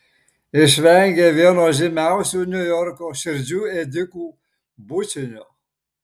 išvengė vieno žymiausių niujorko širdžių ėdikų bučinio